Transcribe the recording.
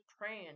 praying